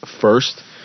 first